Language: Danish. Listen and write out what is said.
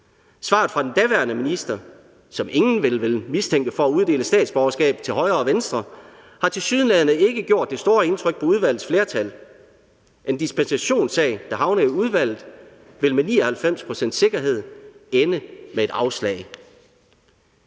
Svaret fra den daværende minister, som ingen vel vil mistænke for at uddele statsborgerskab til højre og venstre, har tilsyneladende ikke gjort det store indtryk på udvalgets flertal. En dispensationssag, der havner i udvalget, vil med 99 pct.'s sikkerhed ende med et afslag.